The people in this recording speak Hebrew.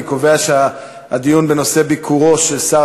אני קובע שהדיון בנושא ביקורו של שר